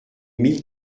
mille